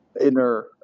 inner